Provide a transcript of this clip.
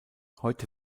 heute